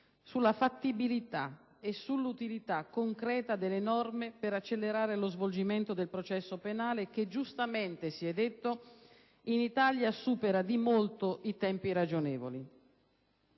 sulla fattibilità e sull'utilità concreta delle norme per accelerare lo svolgimento del processo penale che giustamente, si è detto, in Italia supera di molto tempi ragionevoli.